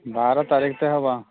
ଗାଁର ତାରିଖ୍ ଟେ ହବା